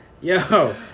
Yo